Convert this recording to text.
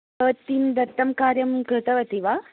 भवती दत्तं कार्यं कृतवती वा